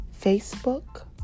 Facebook